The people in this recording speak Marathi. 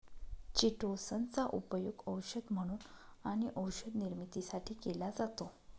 चिटोसन चा उपयोग औषध म्हणून आणि औषध निर्मितीसाठी केला जातो